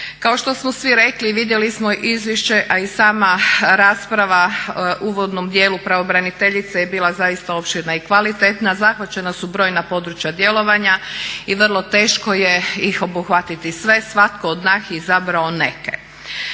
Kao što smo svi rekli, vidjeli smo izvješće, a i sama rasprava u uvodnom dijelu pravobraniteljice je bila zaista opširna i kvalitetna, zahvaćena su brojna područja djelovanja i vrlo teško ih je obuhvatiti sve. Svatko od nas je izabrao neke.